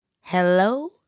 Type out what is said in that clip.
Hello